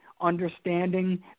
understanding